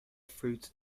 fruits